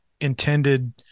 intended